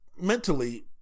mentally